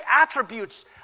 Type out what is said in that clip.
attributes